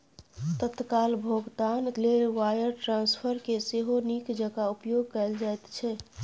तत्काल भोगतान लेल वायर ट्रांस्फरकेँ सेहो नीक जेंका उपयोग कैल जाइत छै